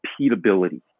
repeatability